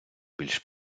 більш